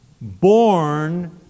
born